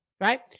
right